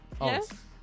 Yes